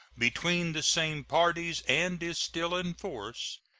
between the same parties, and is still in force,